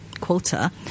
quota